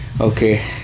Okay